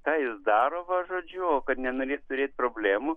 ką jis daro va žodžiu o kad nenorės turėt problemų